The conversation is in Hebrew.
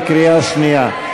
בקריאה שנייה.